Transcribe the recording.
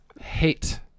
Hate